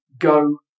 go